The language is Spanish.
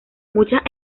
muchas